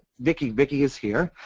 vicki vicki is here.